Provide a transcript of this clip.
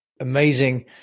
amazing